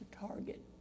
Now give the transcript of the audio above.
target